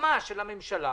הסכמה של הממשלה,